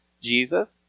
Jesus